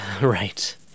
Right